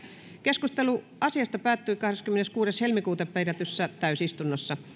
keskustelu asiasta päättyi kahdeskymmeneskuudes toista kaksituhattayhdeksäntoista pidetyssä täysistunnossa